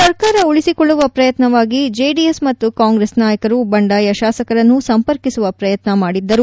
ಸರ್ಕಾರ ಉಳಿಸಿಕೊಳ್ಳುವ ಪ್ರಯತ್ನವಾಗಿ ಜೆಡಿಎಸ್ ಮತ್ತು ಕಾಂಗ್ರೆಸ್ ನಾಯಕರು ಬಂಡಾಯ ಶಾಸಕರನ್ನು ಸಂಪರ್ಕಿಸುವ ಪ್ರಯತ್ನ ಮಾಡಿದ್ದರು